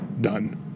done